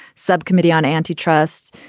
subcommittee on anti-trust,